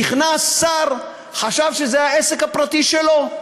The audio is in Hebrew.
נכנס שר, חשב שזה העסק הפרטי שלו.